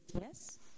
yes